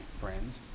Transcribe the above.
friends